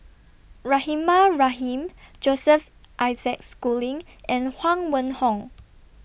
Rahimah Rahim Joseph Isaac Schooling and Huang Wenhong